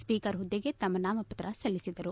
speaker ಹುದ್ದೆಗೆ ತಮ್ನ ನಾಮಪತ್ರ ಸಲ್ಲಿಸಿದರು